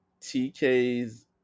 TK's